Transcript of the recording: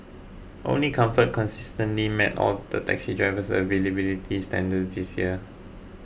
only comfort consistently met all the taxi drivers availability standards this year